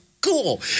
cool